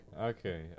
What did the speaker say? Okay